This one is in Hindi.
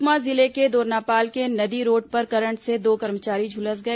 सुकमा जिले के दोरनापाल के नदी रोड पर करंट से दो कर्मचारी झुलस गए